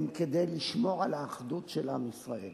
הם כדי לשמור על האחדות של עם ישראל